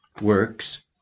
works